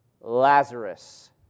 Lazarus